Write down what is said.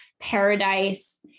paradise